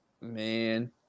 man